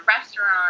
restaurant